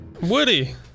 Woody